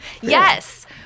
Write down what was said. yes